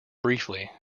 briefly